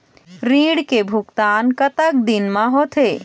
ऋण के भुगतान कतक दिन म होथे?